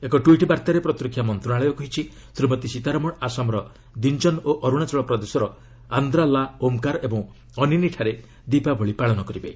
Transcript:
ଏକ ଟ୍ୱିଟ୍ ବାର୍ତ୍ତାରେ ପ୍ରତିରକ୍ଷା ମନ୍ତ୍ରଣାଳୟ କହିଛି ଶ୍ରୀମତୀ ସୀତାରମଣ ଆସାମର ଦିନ୍ଜନ୍ ଓ ଅରୁଣାଚଳ ପ୍ରଦେଶର ଆନ୍ଦ୍ରା ଲା ଓମ୍କାର ଏବଂ ଅନିନୀଠାରେ ଦୀପାବଳି ପାଳନ କରିବେ